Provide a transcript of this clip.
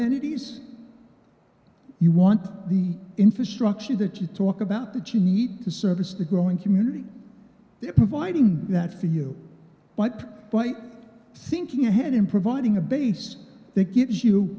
many of these you want the infrastructure that you talk about that you need to service the growing community they're providing that for you but by thinking ahead in providing a base that gives you